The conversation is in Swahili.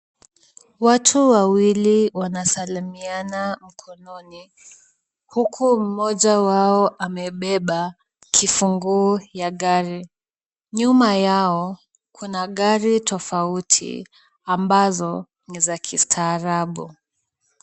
Watu wawili wanasalimiana mkononi, huku mmoja wao amebeba kifunguu ya gari. Nyuma yao kuna gari tofauti ambazo ni za kistaarabu.